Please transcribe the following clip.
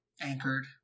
anchored